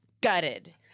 Gutted